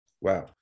Wow